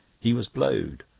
he was blowed.